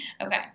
okay